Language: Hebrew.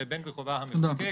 בין בכובעה המחוקק.